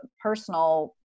personal